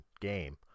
game